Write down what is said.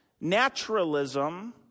Naturalism